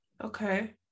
Okay